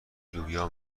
لوبیا